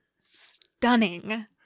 stunning